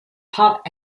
pop